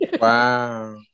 wow